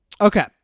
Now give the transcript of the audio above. okay